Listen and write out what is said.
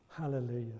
hallelujah